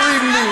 לא מספרים לי.